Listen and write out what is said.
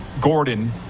gordon